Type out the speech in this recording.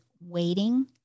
waiting